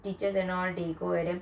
teachers and all they go and then